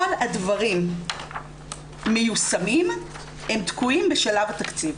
כל הדברים מיושמים, הם תקועים בשלב התקציב.